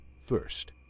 first